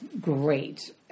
great